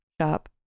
shop